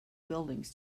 buildings